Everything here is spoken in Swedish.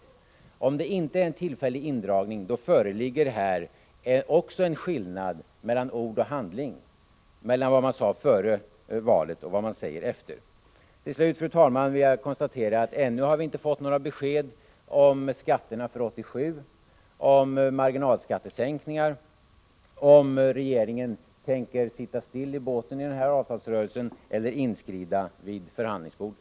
Om det inte är en tillfällig indragning, föreligger här också en skillnad mellan ord och handling, mellan vad man sade före valet och vad man säger efter. Till slut, fru talman, vill jag konstatera att ännu har vi inte fått några besked om skatterna för 1987, om marginalskattesänkningar, om regeringen tänker sitta still i båten i avtalsrörelsen eller inskrida vid förhandlingsbordet.